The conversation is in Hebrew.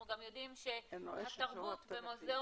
אנחנו גם יודעים שהתרבות במוזיאון,